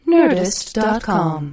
Nerdist.com